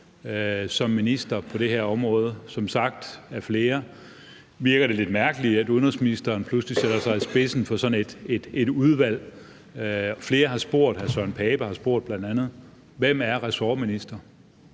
som minister på det her område. Som sagt af flere virker det lidt mærkeligt, at udenrigsministeren pludselig sætter sig i spidsen for sådan et udvalg. Flere har spurgt, bl.a. har hr. Søren